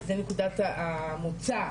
זה נקודת המוצא,